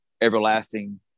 everlasting